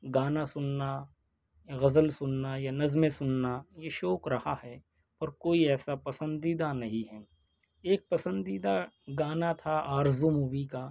گانا سُننا غزل سُننا یا نظمیں سُننا یہ شوق رہا ہے اور کوئی ایسا پسندیدہ نہیں ہے ایک پسندیدہ گانا تھا آرزو مووی کا